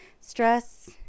stress